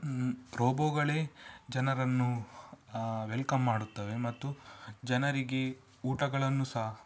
ರೋಬೋಗಳೇ ಜನರನ್ನು ವೆಲ್ಕಮ್ ಮಾಡುತ್ತವೆ ಮತ್ತು ಜನರಿಗೆ ಊಟಗಳನ್ನು ಸಹ